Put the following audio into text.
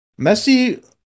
Messi